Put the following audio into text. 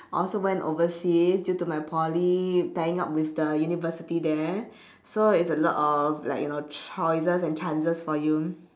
I also went overseas due to my poly tying up with the university there so it's a lot of like you know choices and chances for you